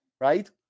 right